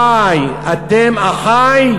אתם אחי.